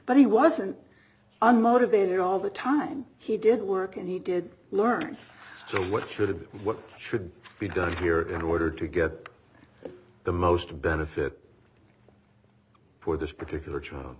but he wasn't unmotivated all the time he did work and he did learn so what should what should be done here in order to get the most benefit for this particular